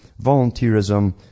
volunteerism